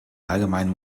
allgemeinen